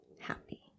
happy